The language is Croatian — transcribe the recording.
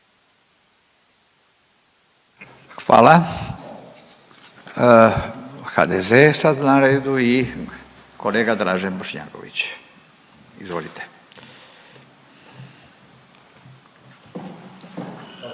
Hvala. HDZ je sad na redu i kolega Dražen Bošnjaković, izvolite.